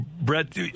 Brett